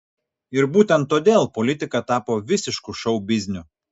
ir būtent todėl politika tapo visišku šou bizniu